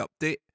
Update